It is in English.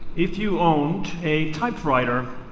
if you owned a typewriter,